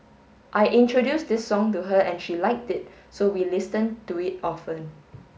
I introduced this song to her and she liked it so we listen to it often